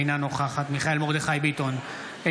אינה נוכחת מיכאל מרדכי ביטון,